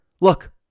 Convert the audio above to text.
Look